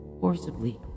forcibly